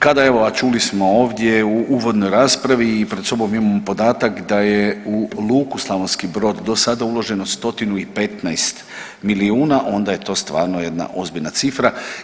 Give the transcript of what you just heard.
Kada evo, a čuli smo ovdje u uvodnoj raspravi i pred sobom imamo podatak da je u luku Slavonski Brod do sada uloženo 115 milijuna, onda je to stvarno jedna ozbiljna cifra.